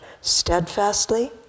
steadfastly